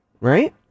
right